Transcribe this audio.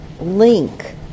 link